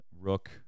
rook